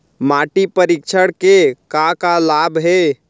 माटी परीक्षण के का का लाभ हे?